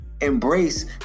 embrace